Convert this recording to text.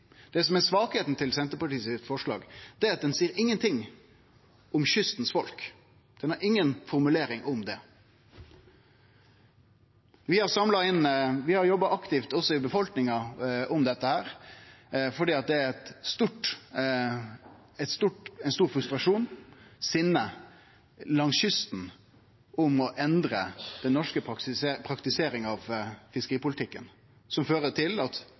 Det som er svakheita med Senterpartiet sitt forslag, er at ein ikkje seier noko om folket ved kysten – dei har inga formulering om det. Vi har jobba aktivt med dette også i befolkninga, for det er ein stor frustrasjon og eit stort sinne langs kysten ved tanken på ei endring av den norske praktiseringa av fiskeripolitikken som fører til at